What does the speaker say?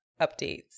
updates